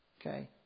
Okay